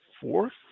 fourth